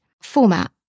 format